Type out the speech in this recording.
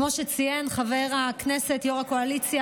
כמו שציינו חבר הכנסת ראש הקואליציה